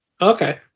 Okay